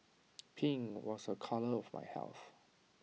pink was A colour of health